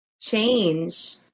change